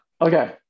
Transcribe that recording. Okay